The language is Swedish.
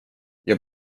jag